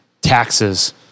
taxes